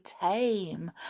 tame